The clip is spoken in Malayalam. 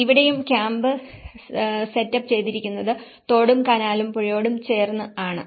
ഇവിടെയും ക്യാമ്പ് സെറ്റ് അപ്പ് ചെയ്തിരിക്കുന്നത് തോടും കനാലും പുഴയോടുo ചേർന്ന് ആണ്